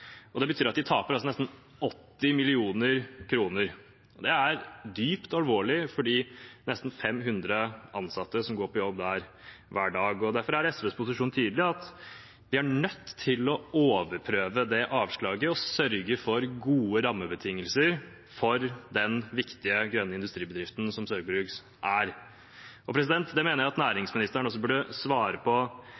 og det betyr at de taper nesten 80 mill. kr. Det er dypt alvorlig for de nesten 500 ansatte som går på jobb der hver dag. Derfor er SVs posisjon tydelig: Vi er nødt til å overprøve det avslaget og sørge for gode rammebetingelser for den viktige, grønne industribedriften som Saugbrugs er.